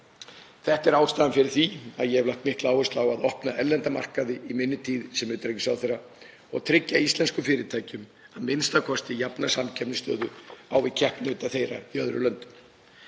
Þetta er ástæðan fyrir því að ég hef lagt mikla áherslu á að opna erlenda markaði í tíð minni sem utanríkisráðherra og tryggja íslenskum fyrirtækjum að minnsta kosti jafna samkeppnisstöðu á við keppinauta þeirra í öðrum löndum.